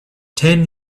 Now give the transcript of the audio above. ten